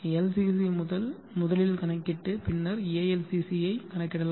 LCC முதலில் கணக்கிட்டு பின்னர் ALCC ஐ கணக்கிடலாம்